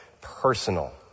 personal